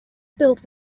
built